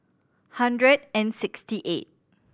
hundred and sixty eight